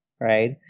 right